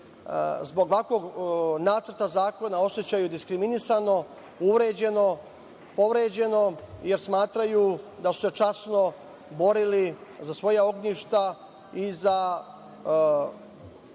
zbog ovakvog nacrta zakona osećaju diskriminisano, uvređeno, povređeno, jer smatraju da su se časno borili za svoja ognjišta i za